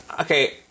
Okay